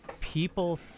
people